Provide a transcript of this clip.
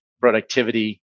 productivity